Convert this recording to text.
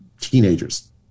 teenagers